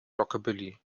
rockabilly